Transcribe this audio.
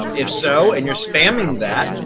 um if so, and you're spamming that,